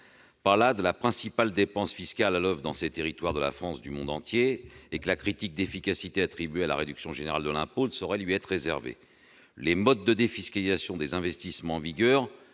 coup, de la principale dépense fiscale à l'oeuvre dans ces territoires de la France du monde entier et que la critique d'efficacité adressée à la réduction générale de l'impôt ne saurait lui être réservée. Les modes de défiscalisation des investissements en vigueur,